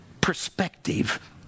perspective